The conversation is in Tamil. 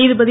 நீதிபதி